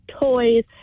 toys